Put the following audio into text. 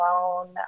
alone